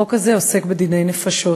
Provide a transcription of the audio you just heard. החוק הזה עוסק בדיני נפשות.